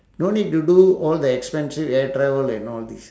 no need to do all the expensive air travel and all this